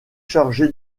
chargé